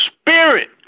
Spirit